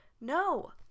No